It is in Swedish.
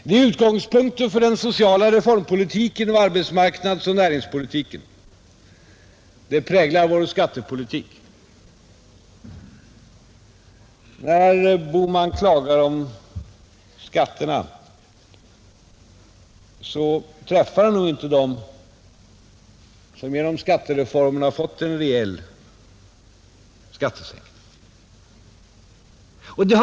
Detta är utgångspunkten för den sociala reformpolitiken och för arbetsmarknadsoch näringspolitiken. Det präglar vår skattepolitik. När herr Bohman klagar över skatterna har han nog inte träffat dem som genom skattereformen har fått en reell skattesänkning.